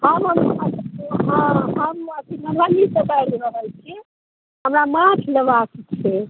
हम हँ हम अथी मधुबनीसे बाजि रहल छी हमरा माछ लेबाके छै